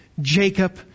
Jacob